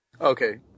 okay